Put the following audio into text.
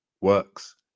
works